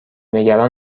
نگران